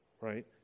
right